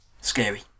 scary